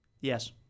Yes